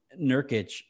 Nurkic